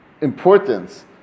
importance